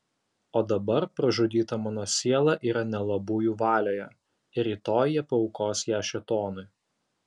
o dabar pražudyta mano siela yra nelabųjų valioje ir rytoj jie paaukos ją šėtonui